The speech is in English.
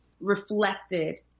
reflected